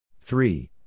Three